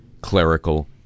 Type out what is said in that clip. clerical